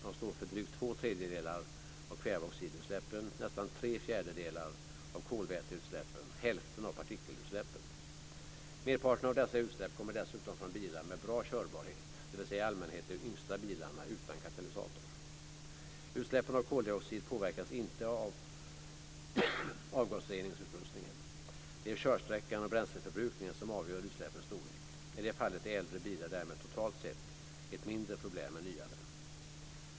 De står för drygt två tredjedelar av kväveoxidutsläppen, nästan tre fjärdedelar av kolväteutsläppen och hälften av partikelutsläppen. Merparten av dessa utsläpp kommer dessutom från bilar med bra körbarhet, dvs. i allmänhet de yngsta bilarna utan katalysator. Utsläppen av koldioxid påverkas inte av avgasreningsutrustningen. Det är körsträckan och bränsleförbrukningen som avgör utsläppens storlek. I det fallet är äldre bilar därmed totalt sett ett mindre problem än nyare.